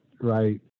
Right